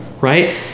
Right